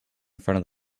front